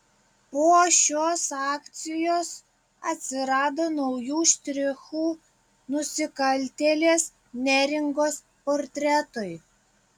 po šios akcijos atsirado naujų štrichų nusikaltėlės neringos portretui